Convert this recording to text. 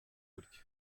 gutyo